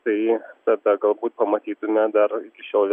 tai tada galbūt pamatytume dar iki šiol